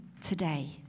today